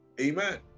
Amen